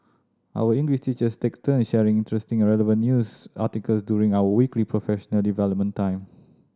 our English teachers take turn sharing interesting and relevant news article during our weekly professional development time